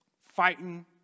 fighting